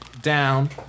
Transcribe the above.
down